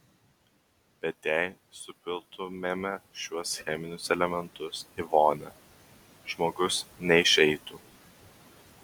bet jei supiltumėme šiuos cheminius elementus į vonią žmogus neišeitų